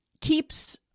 keeps